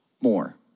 more